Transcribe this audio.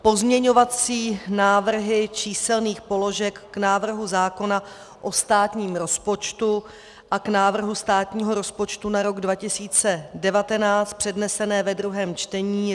Pozměňovací návrhy číselných položek k návrhu zákona o státním rozpočtu a k návrhu státního rozpočtu na rok 2019 přednesené ve druhém čtení.